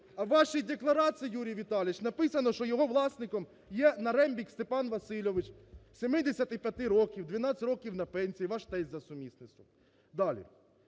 А в вашій декларації, Юрій Віталійович, написано, що його власником є Нарембік Степан Васильович 75 років, 12 років на пенсії, ваш тесть за сумісництвом. Далі.